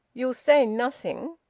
you'll say nothing.